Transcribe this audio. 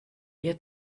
ihr